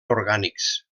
orgànics